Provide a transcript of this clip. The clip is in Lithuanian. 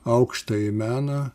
aukštąjį meną